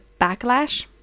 backlash